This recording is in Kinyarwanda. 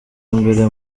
imbere